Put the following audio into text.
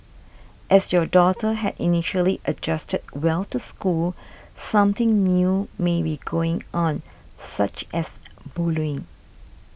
as your daughter had initially adjusted well to school something new may be going on such as bullying